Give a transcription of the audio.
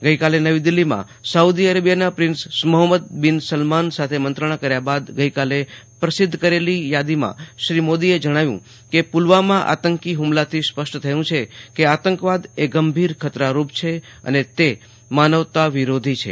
ગઈકાલે નવી દિલ્લીમાં સાઉદી અરેબિયા નાં પ્રિન્સ મોફમંદ બિન સલમાન સાથે મંત્રણા કાર્ય બાદ ગઈકાલે પ્રશ્નીદ્વ કરેલી યાદીમાં શ્રી મોદીએ જણાવ્યું કે પુલવામાં આંતકી ફુમલા થી સ્પસ્ટ થયું છે કે આંતકવાદ એ ગંભીર ખતરારૂપ છે અને તે માનવતા વિરોધી છે